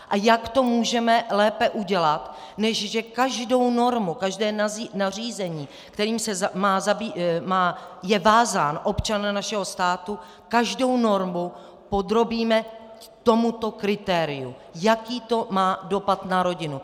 A jak to můžeme lépe udělat, než že každou normu, každé nařízení, kterým je vázán občan našeho státu, každou normu podrobíme tomuto kritériu: Jaký to má dopad na rodinu.